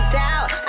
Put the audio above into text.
doubt